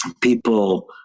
people